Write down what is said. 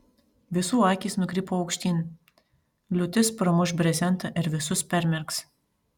visų akys nukrypo aukštyn liūtis pramuš brezentą ir visus permerks